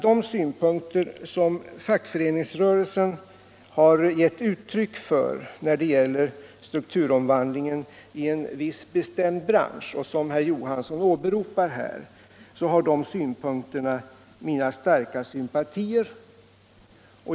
De synpunkter som fackföreningsrörelsen gett uttryck för när det gäller strukturomvandlingen i en viss bestämd bransch och som herr Johansson här åberopade har mina sympatier.